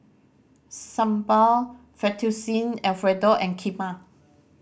Sambar Fettuccine Alfredo and Kheema